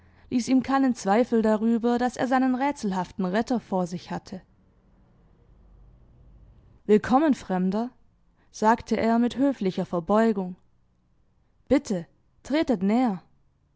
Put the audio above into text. ließ ihm keinen zweifel darüber daß er seinen rätselhaften retter vor sich hatte willkommen fremder sagte er mit höflicher verbeugung bitte tretet näher